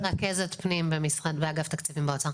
רכזת פנים באגף תקציבים במשרד האוצר.